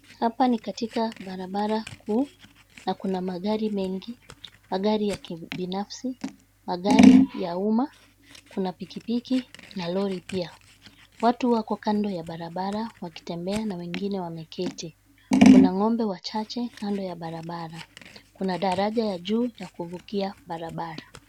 Hapa ni katika barabara kuu na kuna magari mengi. Magari ya kibinafsi, magari ya umma, kuna pikipiki na lori pia. Watu wako kando ya barabara wakitembea na wengine wameketi. Kuna ng'ombe wachache kando ya barabara. Kuna daraja ya juu ya kuvukia barabara.